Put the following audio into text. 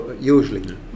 Usually